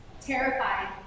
terrified